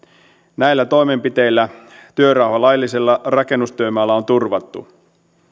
näillä toimenpiteillä työrauha laillisella rakennustyömaalla on turvattu